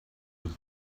with